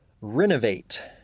renovate